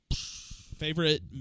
Favorite